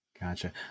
Gotcha